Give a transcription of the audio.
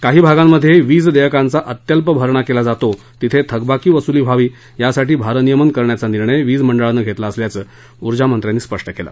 काही भागांमध्ये विज देयकांचा अत्यल्प भरणा केला जातो तिथं थकबाकी वसुली व्हावी यासाठी भारनियमन करण्याचा निर्णय वीज मंडळानं घेतला असल्याचं उर्जा मंत्र्यांनी सांगितलं